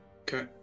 Okay